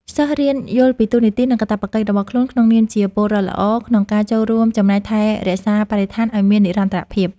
សិស្សរៀនយល់ពីតួនាទី និងកាតព្វកិច្ចរបស់ខ្លួនក្នុងនាមជាពលរដ្ឋល្អ ក្នុងការចូលរួមចំណែកថែរក្សាបរិស្ថានឱ្យមាននិរន្តរភាព។